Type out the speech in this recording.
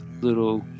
little